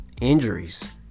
Injuries